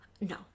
no